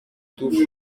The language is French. tout